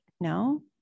no